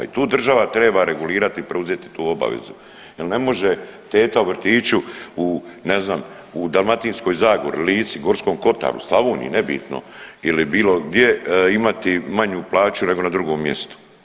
I tu država treba regulirati i preuzeti tu obavezu jer ne može teta u vrtiću ne znam u Dalmatinskoj zagori, Lici, Gorskom kotaru, Slavoniji nebitno ili bilo gdje imati manju plaću nego na drugom mjestu.